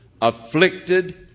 afflicted